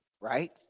Right